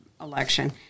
election